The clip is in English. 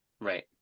right